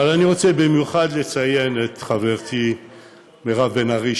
אבל אני רוצה במיוחד לציין את חברתי מירב בן ארי,